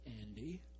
Andy